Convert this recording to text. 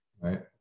Right